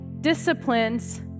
disciplines